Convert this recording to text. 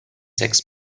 sex